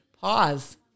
pause